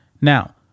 Now